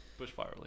Bushfire